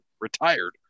retired